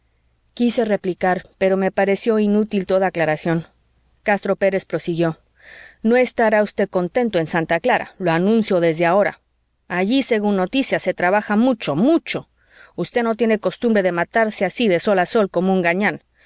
quise replicar pero me pareció inútil toda aclaración castro pérez prosiguió no estará usted contento en santa clara lo anuncio desde ahora allí según noticias se trabaja mucho mucho usted no tiene costumbre de matarse así de sol a sol como